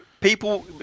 People